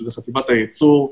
שזה חטיבת הייצור,